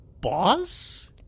boss